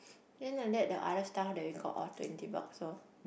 then like that they are other stuff that we got all twenty box loh